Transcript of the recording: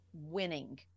winning